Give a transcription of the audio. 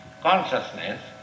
consciousness